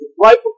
right